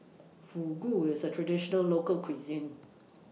Fugu IS A Traditional Local Cuisine